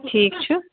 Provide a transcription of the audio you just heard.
ٹھیٖک چھُ